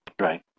Right